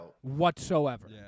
whatsoever